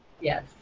Yes